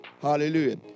hallelujah